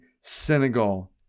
Senegal